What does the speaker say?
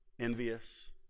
envious